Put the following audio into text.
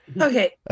Okay